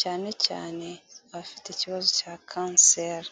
cyane cyane abafite ikibazo cya kanseri.